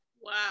wow